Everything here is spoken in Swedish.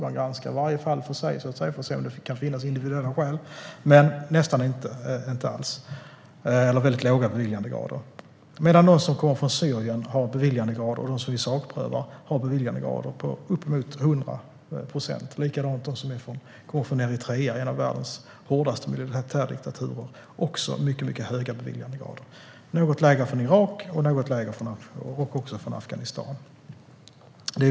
Man granskar varje fall för sig för att se om det kan finnas individuella skäl, men det är väldigt låga beviljandegrader för dem, medan de som kommer från Syrien och som vi sakprövar har beviljandegrader på uppemot 100 procent. Likadant är det för dem som kommer från Eritrea, en av världens hårdaste militärdiktaturer. Beviljandegraden är något lägre för den som kommer från Irak eller Afghanistan.